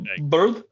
bird